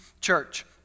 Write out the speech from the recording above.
church